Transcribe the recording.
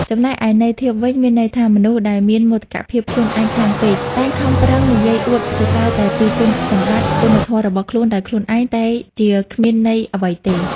ចំណែកឯន័យធៀបវិញ មានន័យថា មនុស្សដែលមានមោទកភាពខ្លួនឯងខ្លាំងពេក តែងខំប្រឹងនិយាយអួតសរសើរតែពីគុណសម្បត្តិ គុណធម៌របស់ខ្លួនដោយខ្លួនឯង តែជាគ្មានន័យអ្វីទេ។